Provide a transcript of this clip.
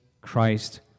Christ